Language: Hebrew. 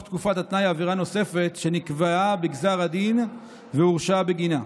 תקופת התנאי עבירה נוספת שנקבעה בגזר הדין והוא הורשע בגינה.